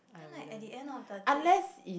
then like at the end of the